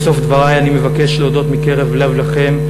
בסוף דברי אני מבקש להודות מקרב לב לכם,